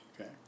Okay